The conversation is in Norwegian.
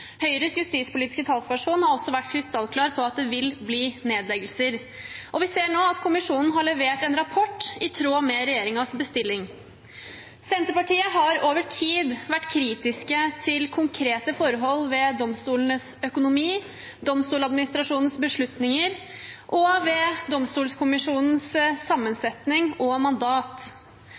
Høyres justispolitiske talsperson har også vært krystallklar på at det vil bli nedleggelser, og vi ser nå at kommisjonen har levert en rapport i tråd med regjeringens bestilling. Senterpartiet har over tid vært kritisk til konkrete forhold ved domstolenes økonomi, ved Domstoladministrasjonens beslutninger og ved Domstolkommisjonens sammensetning og mandat.